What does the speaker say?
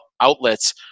outlets